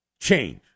change